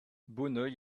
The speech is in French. bonneuil